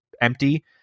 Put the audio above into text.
empty